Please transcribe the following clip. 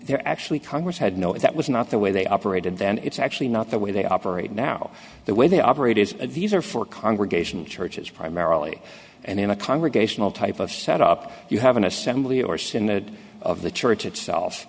they're actually congress had no if that was not the way they operate and that it's actually not the way they operate now the way they operate is a these are for congregation churches primarily and in a congregational type of set up you have an assembly or synod of the church itself